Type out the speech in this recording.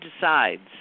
decides